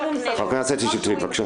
גם הוא --- חברת הכנסת שטרית, בבקשה.